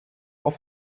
auf